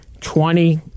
twenty